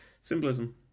Symbolism